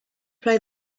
play